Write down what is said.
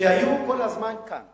שהיו כל הזמן כאן.